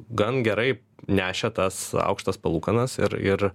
gan gerai nešė tas aukštas palūkanas ir ir